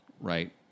Right